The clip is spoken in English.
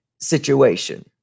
situation